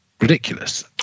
ridiculous